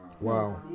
Wow